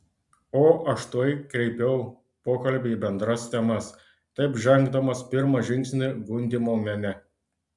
o aš tuoj kreipiau pokalbį į bendras temas taip žengdamas pirmą žingsnį gundymo mene